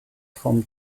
vom